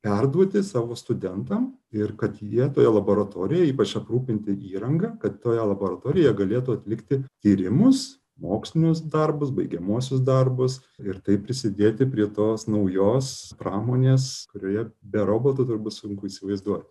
perduoti savo studentam ir kad jie toje laboratorijoje ypač aprūpinti įranga kad toje laboratorijoje jie galėtų atlikti tyrimus mokslinius darbus baigiamuosius darbus ir taip prisidėti prie tos naujos pramonės kurioje be robotų turbūt sunku įsivaizduoti